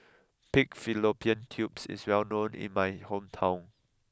Pig Fallopian Tubes is well known in my hometown